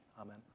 Amen